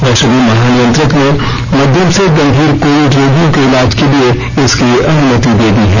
औषधि महानियंत्रक ने मध्यम से गंभीर कोविड रोगियों के इलाज के लिए इसकी अनुमति दे दी है